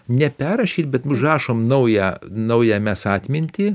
ne perrašyt bet užrašom naują naują mes atmintį